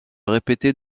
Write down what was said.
répéter